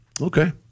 okay